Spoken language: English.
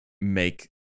make